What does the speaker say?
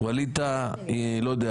ווליד טאהא לא פה,